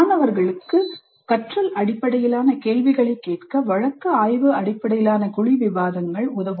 மாணவர்களுக்கு கற்றல் அடிப்படையிலான கேள்விகளை கேட்க வழக்கு ஆய்வு அடிப்படையிலான குழு விவாதங்கள் உதவும்